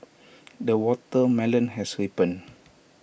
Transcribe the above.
the watermelon has ripened